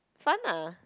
fun ah